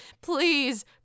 Please